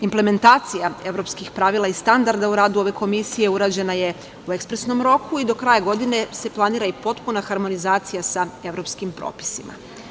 Implementacija evropskih pravila i standarda u radu ove Komisije urađena je u ekspresnom roku i do kraja godine se planira potpuna harmonizacija sa evropskim propisima.